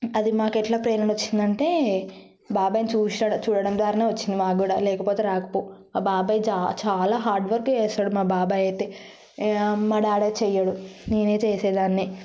అది మాకు ఎట్లా ప్రేరణ వచ్చింది అంటే బాబాయ్ చూడడం ద్వారనే వచ్చింది మాకు కూడా లేకపోతే రాకపో బాబాయ్ చాలా చాలా హార్డ్ వర్క్ చేస్తాడు మా బాబాయ్ అయితే మా డాడీ చేయడు నేనే చేసేదాన్ని